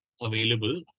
available